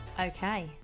Okay